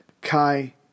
Kai